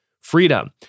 freedom